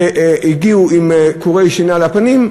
והגיעו חברים עם קורי שינה על הפנים,